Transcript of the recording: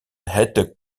het